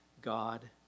God